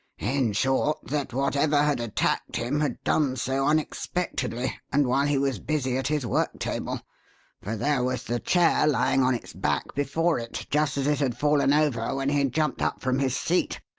in short, that whatever had attacked him had done so unexpectedly and while he was busy at his work-table, for there was the chair lying on its back before it, just as it had fallen over when he jumped up from his seat,